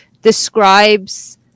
describes